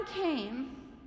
came